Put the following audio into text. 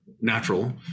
natural